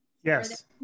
Yes